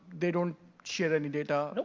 they don't share any data.